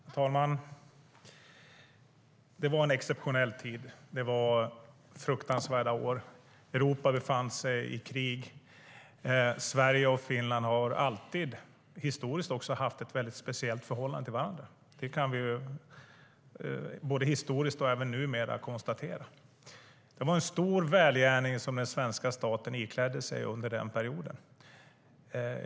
Herr talman! Det var en exceptionell tid. Det var fruktansvärda år. Europa befann sig i krig. Sverige och Finland har historiskt alltid haft ett väldigt speciellt förhållande till varandra. Det kan vi konstatera både historiskt och numera. Det var en stor välgärning som den svenska staten iklädde sig under perioden.